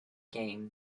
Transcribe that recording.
game